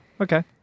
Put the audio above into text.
okay